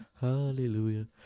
hallelujah